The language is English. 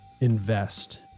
invest